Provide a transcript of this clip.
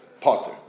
Potter